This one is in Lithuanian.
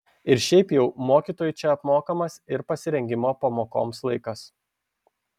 ir šiaip jau mokytojui čia apmokamas ir pasirengimo pamokoms laikas